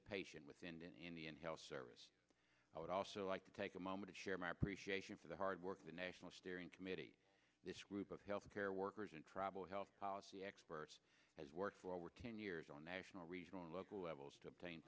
a patient within indian health service i would also like to take a moment to share my appreciation for the hard work the national steering committee this group of health care workers and tribal health policy experts has worked for over ten years on national regional and local levels to obtain